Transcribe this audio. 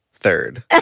third